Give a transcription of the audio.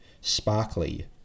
sparkly